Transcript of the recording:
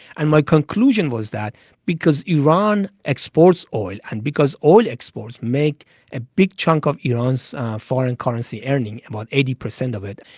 and my conclusion was that because iran exports oil and because oil exports make a big chunk of iran's foreign currency earnings, about eighty percent of it,